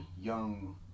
young